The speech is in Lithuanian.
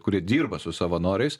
kurie dirba su savanoriais